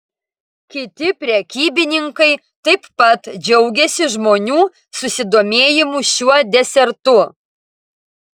kiti prekybininkai taip pat džiaugėsi žmonių susidomėjimu šiuo desertu